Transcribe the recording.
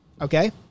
Okay